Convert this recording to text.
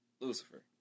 Lucifer